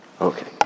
okay